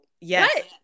yes